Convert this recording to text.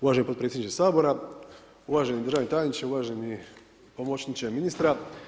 Uvaženi potpredsjedniče Sabora, uvaženi državni tajniče, uvaženi pomoćniče ministra.